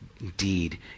indeed